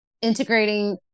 integrating